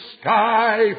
sky